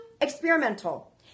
experimental